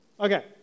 Okay